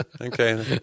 Okay